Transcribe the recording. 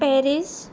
Paris